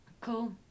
Cool